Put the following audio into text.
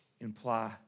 imply